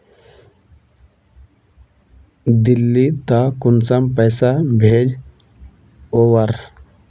दिल्ली त कुंसम पैसा भेज ओवर?